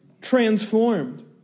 transformed